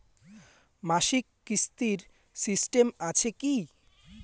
মাসিক কিস্তির সিস্টেম আছে কি?